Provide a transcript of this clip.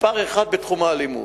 מספר אחת בתחום האלימות.